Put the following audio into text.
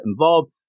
involved